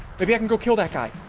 maybe i can go kill that guy.